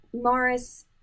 Morris